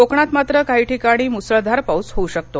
कोकणात मात्र काही ठिकाणी मुसळधार पाऊस होऊ शकतो